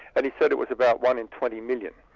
and he said it was about one in twenty million.